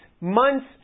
months